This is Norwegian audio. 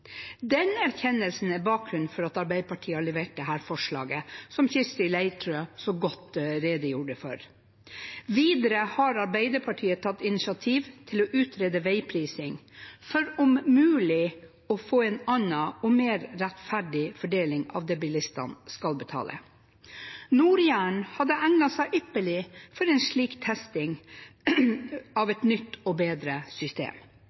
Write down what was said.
Den erkjennelsen er bakgrunnen for at Arbeiderpartiet har levert dette forslaget, som Kirsti Leirtrø så godt redegjorde for. Videre har Arbeiderpartiet tatt initiativ til å utrede veiprising for om mulig å få en annen og mer rettferdig fordeling av det bilistene skal betale. Nord-Jæren hadde egnet seg ypperlig for en slik testing av et nytt og bedre system.